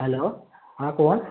hello हा कोण